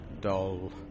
dull